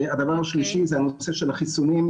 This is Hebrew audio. הדבר השלישי זה הנושא של החיסונים.